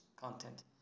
content